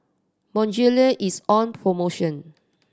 Bonjela is on promotion